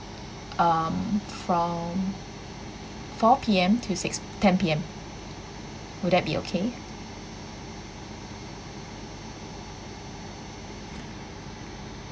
um from four P_M to six ten P_M will that be okay